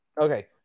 Okay